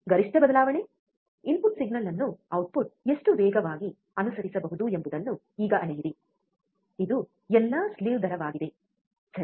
ಗರಿಷ್ಠ ಬದಲಾವಣೆ input signal ಅನ್ನು ಔಟ್ಪುಟ್ ಎಷ್ಟು ವೇಗವಾಗಿ ಅನುಸರಿಸಬಹುದು ಎಂಬುದನ್ನು ಈಗ ಅಳೆಯಿರಿ ಇದು ಎಲ್ಲಾ ಸ್ಲಿವ್ ದರವಾಗಿದೆ ಸರಿ